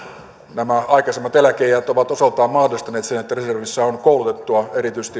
nämä aikaisemmat eläkeiät ovat osaltaan mahdollistaneet sen että reservissä on erityisesti koulutettua